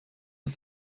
der